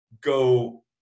go